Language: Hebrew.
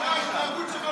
כנראה ההתנהגות שלך מועילה,